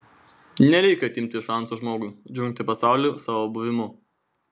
nereikia atimti šanso žmogui džiuginti pasaulį savo buvimu